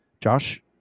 Josh